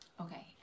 Okay